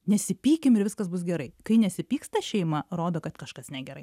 nesipykim ir viskas bus gerai kai nesipyksta šeima rodo kad kažkas negerai